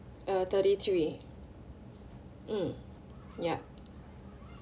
uh thirty three mm yup